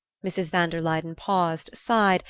mrs. van der luyden paused, sighed,